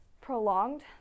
prolonged